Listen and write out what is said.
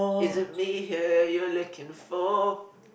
is it me here you looking for